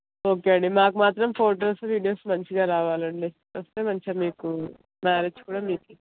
okay అండి మాకు మాత్రం ఫోటోస్ వీడియోస్ మంచిగా రావలండి వస్తే మంచిగా మీకు మ్యారేజ్ కూడా మీకే